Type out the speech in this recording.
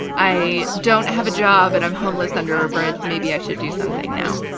i don't have a job and i'm homeless under a bridge. maybe i should do something now.